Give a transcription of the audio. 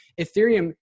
Ethereum